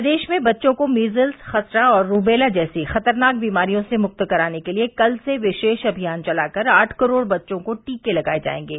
प्रदेश में बच्चों को मीजल्स खसरा और रूबेला जैसी खतरनाक बीमारियों से मुक्त कराने के लिए कल से विशेष अमियान चलाकर आठ करोड़ बच्चों को टीके लगाये जायेगें